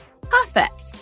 perfect